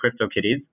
CryptoKitties